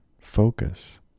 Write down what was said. Focus